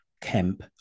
Kemp